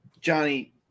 Johnny